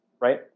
right